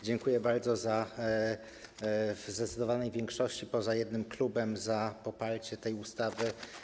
Dziękuję bardzo za w zdecydowanej większości - poza jednym klubem - poparcie tej ustawy.